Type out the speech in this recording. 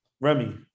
Remy